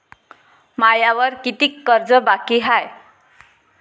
मायावर कितीक कर्ज बाकी हाय?